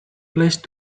place